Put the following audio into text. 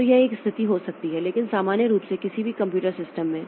तो यह 1 स्थिति हो सकती है लेकिन सामान्य रूप से किसी भी कंप्यूटर सिस्टम में